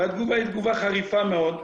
והתגובה היא תגובה חריפה מאוד,